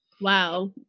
Wow